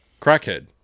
crackhead